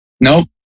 Nope